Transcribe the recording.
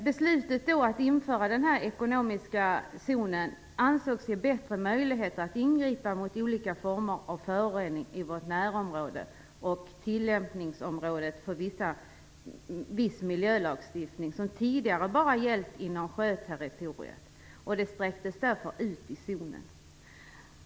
Beslutet om att införa nämnda ekonomiska zon ansågs ge bättre möjligheter att ingripa mot olika former av föroreningar i vårt närområde, och tillämpningsområdet för viss miljölagstiftning, som tidigare bara gällt inom sjöterritoriet, sträcktes därför ut i zonen.